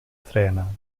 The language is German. trainer